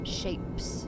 shapes